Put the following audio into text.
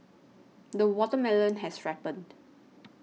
the watermelon has ripened